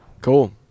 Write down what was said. Cool